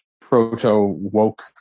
proto-woke